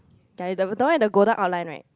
ya the one the one with the golden outline right